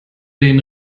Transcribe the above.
den